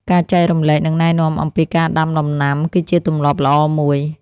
ការចែករំលែកនិងណែនាំអំពីការដាំដំណាំគឺជាទម្លាប់ល្អមួយ។